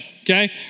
okay